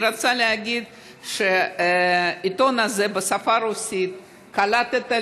אני רוצה להגיד שהעיתון הזה בשפה הרוסית קלט את העלייה,